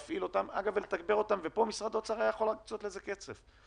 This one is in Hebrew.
משרד האוצר היה יכול להקצות לזה כסף.